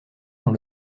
dans